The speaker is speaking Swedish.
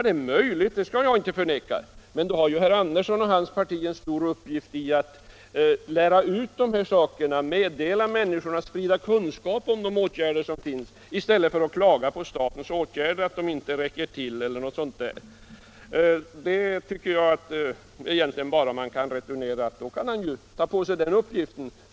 Det är möjligt att det är så, det skall jag inte förneka. Men då har herr Andersson och hans parti en stor uppgift i att lära ut detta, att sprida kunskap om de möjligheter som finns i stället för att klaga på att statens åtgärder inte räcker till. Jag vet att herr Andersson ibland sysslar med sådana uppgifter.